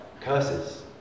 curses